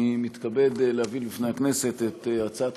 אני מתכבד להביא בפני הכנסת את הצעת